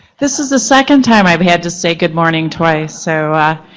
this is the second time i've had to say good morning twice, so